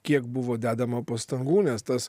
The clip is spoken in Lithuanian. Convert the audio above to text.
kiek buvo dedama pastangų nes tas